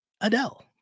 Adele